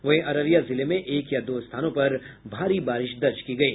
वहीं अररिया जिले में एक या दो स्थानों पर भारी बारिश दर्ज की गयी